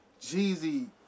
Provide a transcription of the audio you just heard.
Jeezy